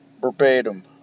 Verbatim